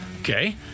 Okay